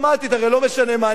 הרי לא משנה מה אני אגיד,